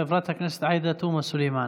חברת הכנסת עאידה תומא סלימאן.